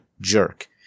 jerk